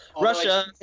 Russia